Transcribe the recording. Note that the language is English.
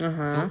(uh huh)